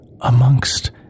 amongst